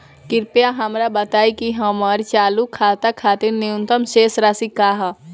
कृपया हमरा बताइं कि हमर चालू खाता खातिर न्यूनतम शेष राशि का ह